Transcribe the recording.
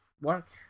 work